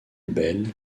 belle